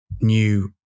new